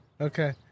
Okay